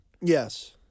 Yes